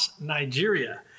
Nigeria